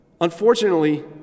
Unfortunately